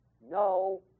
No